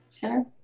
Sure